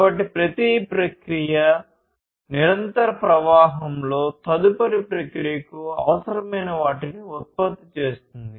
కాబట్టి ఇది జిడోకా తదుపరి ప్రక్రియకు అవసరమైన వాటిని ఉత్పత్తి చేస్తుంది